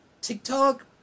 TikTok